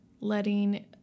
letting